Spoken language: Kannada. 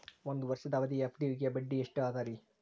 ಒಂದ್ ವರ್ಷದ ಅವಧಿಯ ಎಫ್.ಡಿ ಗೆ ಬಡ್ಡಿ ಎಷ್ಟ ಅದ ರೇ?